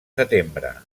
setembre